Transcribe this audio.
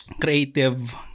creative